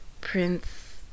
prince